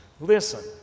Listen